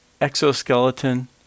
exoskeleton